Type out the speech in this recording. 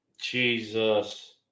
Jesus